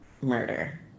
murder